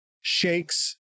shakes